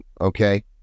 okay